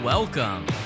Welcome